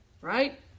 Right